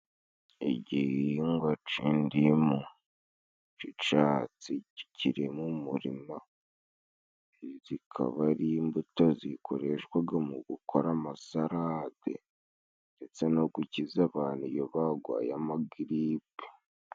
Igihingwa c'indimu, c'icatsi kiri mu murima kikaba ari imbuto zikoreshwaga mu gukora amasarade ndetse no gukiza abantu iyo bagwaye amagiripe.